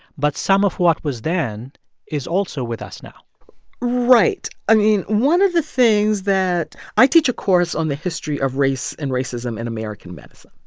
but some of what was then is also with us now right, i mean, one of the things that i teach a course on the history of race and racism in american medicine.